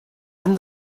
and